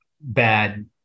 bad